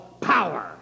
power